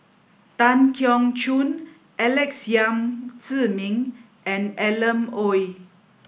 Tan Keong Choon Alex Yam Ziming and Alan Oei